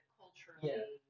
culturally